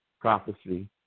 prophecy